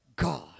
God